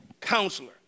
Counselor